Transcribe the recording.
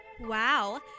Wow